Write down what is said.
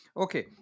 Okay